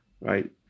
right